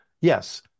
yes